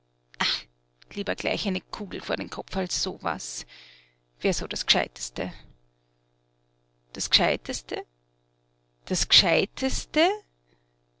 lieber gleich eine kugel vor den kopf als so was wär so das gescheiteste das gescheiteste das gescheiteste